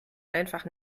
einfach